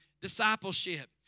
Discipleship